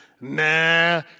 nah